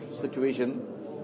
situation